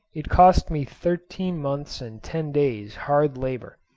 it cost me thirteen months and ten days' hard labour.